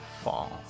fall